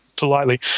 politely